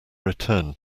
return